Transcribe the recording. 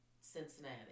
Cincinnati